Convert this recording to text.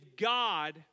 God